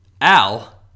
Al